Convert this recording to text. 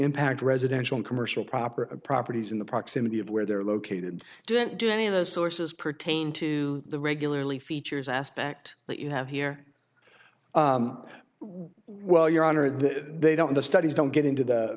impact residential and commercial property properties in the proximity of where they're located didn't do any of those sources pertain to the regularly features aspect that you have here well your honor that they don't the studies don't get into the